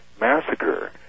massacre